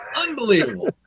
Unbelievable